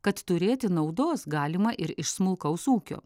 kad turėti naudos galima ir iš smulkaus ūkio